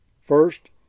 First